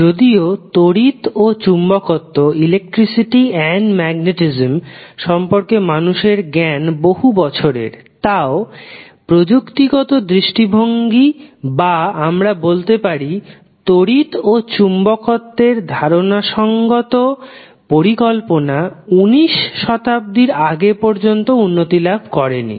যদিও তড়িৎ ও চুম্বকত্ব সম্পর্কে মানুষের জ্ঞান বহু বছরের তাও প্রযুক্তিগত দৃষ্টিভঙ্গি বা আমরা বলতে পারি তড়িৎ ও চুম্বকত্বের ধারনাসঙ্গত পরিকল্পনা উনিশ শতাব্দীর আগে পর্যন্ত উন্নতি লাভ করেনি